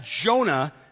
Jonah